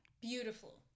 Beautiful